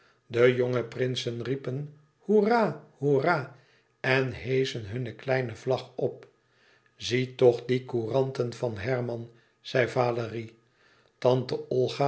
de jonge prinsen riepen hoera hoera en heeschen hunne kleine vlag op zie toch die couranten van herman zei valérie tante